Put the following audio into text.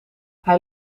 hij